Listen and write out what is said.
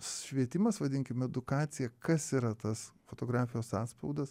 švietimas vadinkim edukacija kas yra tas fotografijos atspaudas